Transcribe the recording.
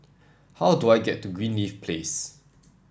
how do I get to Greenleaf Place